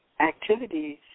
activities